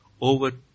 over